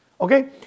okay